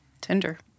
Tinder